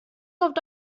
ist